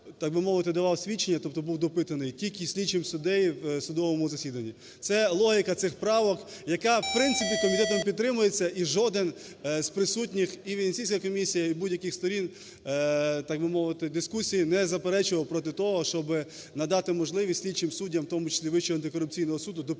давав свідчення, тобто був допитаний, тільки слідчим суддею в судовому засіданні. Це логіка цих правок, яка в принципі комітетом підтримується. І жоден з присутніх, і Венеціанська комісія, і будь яких сторін, так би мовити, дискусії, не заперечував проти того, щоби надати можливість слідчим суддям, в тому числі Вищого антикорупційного суду, допитувати